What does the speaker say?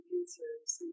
answers